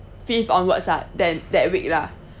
fifth onwards ah then that week lah